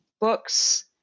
books